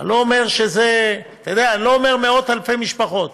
אני לא אומר מאות אלפי משפחות,